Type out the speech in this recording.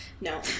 no